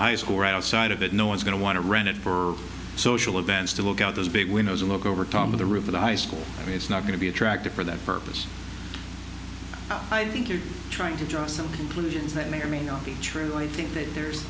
high school right outside of it no one's going to want to rent it for social events to look out those big windows look over top of the roof of the high school it's not going to be attractive for that purpose i think you're trying to draw some conclusions that may or may not be true i think that there's